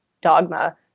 dogma